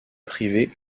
privé